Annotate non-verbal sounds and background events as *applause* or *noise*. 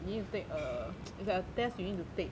you need to take a *noise* it's like a test you need to take